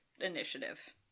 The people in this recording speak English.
initiative